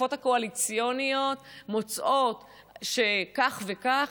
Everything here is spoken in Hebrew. כשהשותפות הקואליציוניות מוצאות שכך וכך,